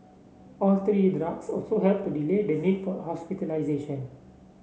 all three drugs also helped to delay the need for hospitalisation